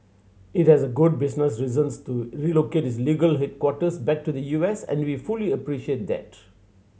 it has good business reasons to relocate its legal headquarters back to the U S and we fully appreciate that